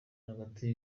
hagati